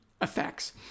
effects